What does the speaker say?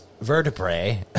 vertebrae